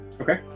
Okay